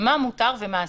מה מותר ומה אסור.